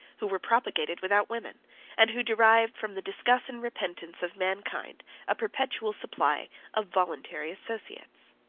who were propagated without women and who derived from the disgust and repentance of mankind a perpetual supply of voluntary associates.